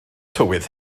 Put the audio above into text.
tywydd